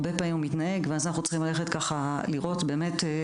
הרבה פעמים הוא מתנהג ואז אנחנו צריכים ללכת לראות באמת.